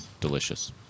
delicious